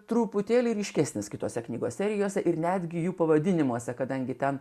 truputėlį ryškesnis kituose knygos serijose ir netgi jų pavadinimuose kadangi ten